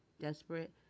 desperate